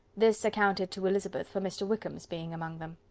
this accounted to elizabeth for mr. wickham's being among them.